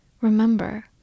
Remember